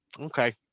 Okay